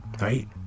right